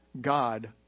God